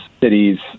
cities